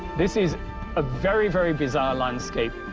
this is a very, very bizarre landscape.